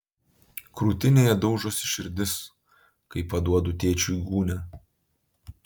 krūtinėje daužosi širdis kai paduodu tėčiui gūnią